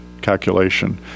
calculation